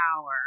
power